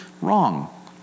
wrong